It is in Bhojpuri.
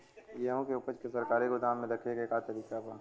गेहूँ के ऊपज के सरकारी गोदाम मे रखे के का तरीका बा?